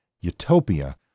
Utopia